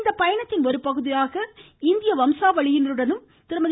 இந்த பயணத்தின் ஒருபகுதியாக இந்திய வம்சாவளியினருடனும் திருமதி